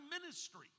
ministry